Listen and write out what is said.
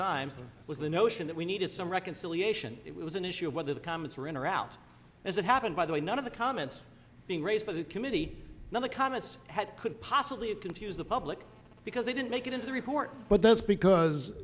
time was the notion that we needed some reconciliation it was an issue of whether the comments were in or out as it happened by the way none of the comments being raised by the committee now the comments that could possibly have confuse the public because they didn't make it into the report but that's because